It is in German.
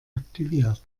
aktiviert